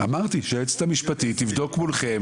אמרתי שהיועצת המשפטית תבדוק מולכם.